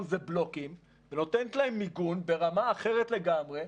זה בלוקים ונותנת להם מיגון ברמה אחרת לגמרי,